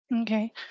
Okay